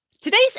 Today's